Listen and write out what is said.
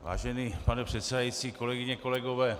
Vážený pane předsedající, kolegyně, kolegové.